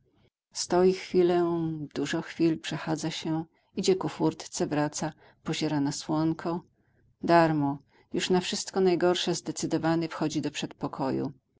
stoi chwilę dużo chwil przechadza się idzie ku furtce wraca poziera na słonko darmo już na wszystko najgorsze zdecydowany wchodzi do przedpokoju